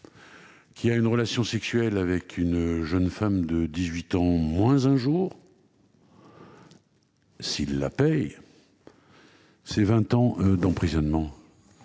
qui a une relation sexuelle avec une jeune femme de 18 ans moins un jour, s'il la paye, encourt vingt ans d'emprisonnement.